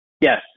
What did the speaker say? yes